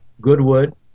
Goodwood